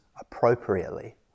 appropriately